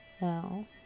Now